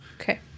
Okay